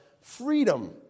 freedom